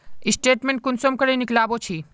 Statement कुंसम निकलाबो छी?